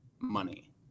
money